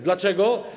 Dlaczego?